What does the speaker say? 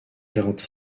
quarante